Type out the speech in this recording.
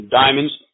diamonds